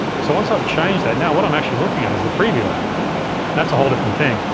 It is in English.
so once i've changed that, now what i'm actually looking at is the preview out and that's a whole different thing.